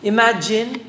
Imagine